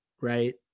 Right